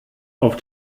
auf